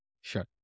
Sure